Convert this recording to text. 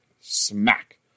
smack